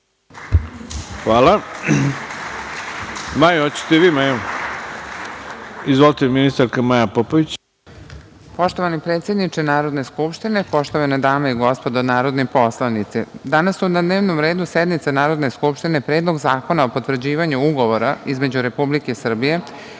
Maja Popović. Izvolite. **Maja Popović** Poštovani predsedniče Narodne skupštine, poštovane dame i gospodo narodni poslanici, danas su na dnevnom redu sednice Narodne skupštine Predlog zakona o potvrđivanju Ugovora između Republike Srbije